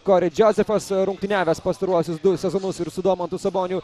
kori džozefas rungtyniavęs pastaruosius du sezonus ir su domantu saboniu